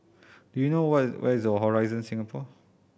do you know where is where is Horizon Singapore